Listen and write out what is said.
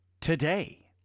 today